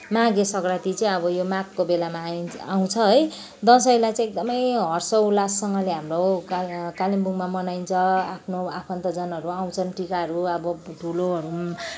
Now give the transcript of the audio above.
माघे सङ्क्रान्ति चाहिँ अब यो माघको बेलामा आइन आउँछ है दसैँमा चाहिँ एकदमै हर्षोल्लाससँगले हाम्रो कालिम्पोङमा मनाइन्छ आफ्नो आफन्तजनहरू आउँछन् टिकाहरू अब ठुलोहरू पनि